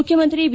ಮುಖ್ಯಮಂತ್ರಿ ಬಿ